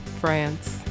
France